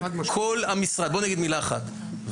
כל המשרד אגיד מילה אחת,